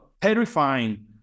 terrifying